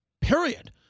period